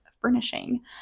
furnishing